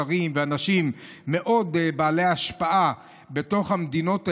שרים ואנשים בעלי השפעה רבה מאוד בתוך המדינות האלה,